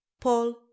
paul